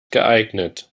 geeignet